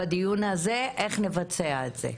בדיון הזה איך נבצע את זה.